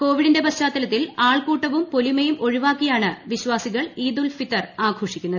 കോവിഡിന്റെ പശ്ചാത്തലത്തിൽ ആൾക്കൂട്ടവും പൊലിമയും ഒഴിവാക്കിയാണ് വിശ്വാസികൾ ഈദുൽ ഫിത്വർ ആഘോഷിക്കുന്നത്